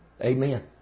Amen